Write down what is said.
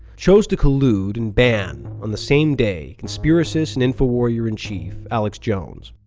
chose to collude and ban on the same day conspiracist and infowarrior-in-chief alex jones.